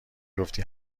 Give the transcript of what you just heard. گفتی